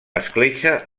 escletxa